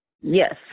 Yes